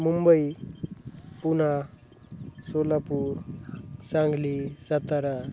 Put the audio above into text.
Mumbai Pune Solapur Sangli Satara